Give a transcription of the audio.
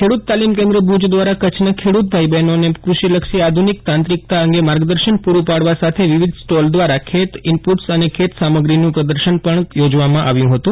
ખેડૂત તાલીમ કેન્દ્ર ભુજ દ્વારા કચ્છના ખેડૂત ભાઇ બહેનોને દૃષિ લક્ષી આધુનિક તાંત્રિકતા અંગે માર્ગદર્શન પુરૂ પાડવા સાથે વિવિધ સ્ટોલ દ્વારા ખેત ઇનપુટ્સ અને ખેતસામગ્રીનું પ્રદર્શન પણ યોજવામાં આવ્યું ફતું